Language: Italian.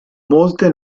molte